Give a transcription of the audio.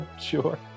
sure